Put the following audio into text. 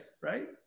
right